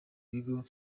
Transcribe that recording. bigo